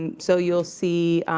and so you'll see,